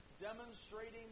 demonstrating